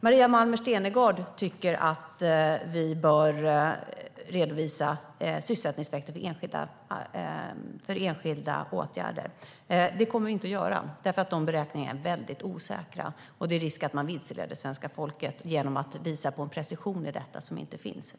Maria Malmer Stenergard tycker att vi bör redovisa sysselsättningseffekterna av enskilda åtgärder. Det kommer vi inte att göra därför att sådana beräkningar är väldigt osäkra och man riskerar att vilseleda svenska folket genom att visa på en precision i detta som inte finns.